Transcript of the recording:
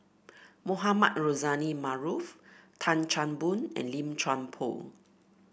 Mohamed Rozani Maarof Tan Chan Boon and Lim Chuan Poh